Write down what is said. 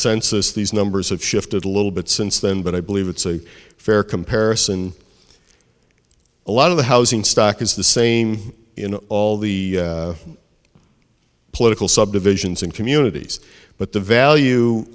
census these numbers have shifted a little bit since then but i believe it's a fair comparison a lot of the housing stock is the same in all the political subdivisions and communities but the value